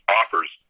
offers